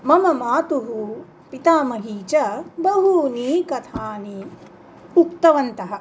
मम माता पितामही च बहूनि कथानि उक्तवन्तः